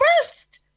first